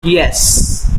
yes